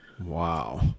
Wow